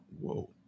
Whoa